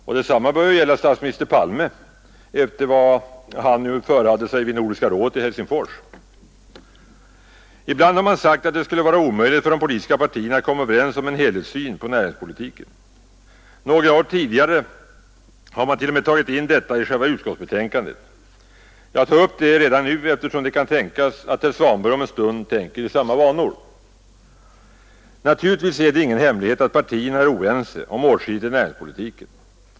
Och detsamma bör ju gälla statsminister Palme — efter det som han förehade sig vid Nordiska rådets session i Helsingfors. Ibland har man sagt, att det skulle vara omöjligt för de politiska partierna att komma överens om en helhetssyn på näringspolitiken. Något år tidigare har man t.o.m. tagit in detta i själva utskottsbetänkandet. Jag tar upp detta redan nu, eftersom det kan tänkas, att herr Svanberg om en stund tänker i samma banor. Naturligtvis är det ingen hemlighet att partierna är oense om åtskilligt i näringspolitiken.